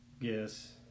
yes